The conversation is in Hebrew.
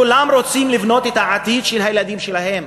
כולם רוצים לבנות את העתיד של הילדים שלהם,